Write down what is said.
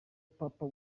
papa